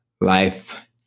life